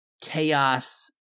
chaos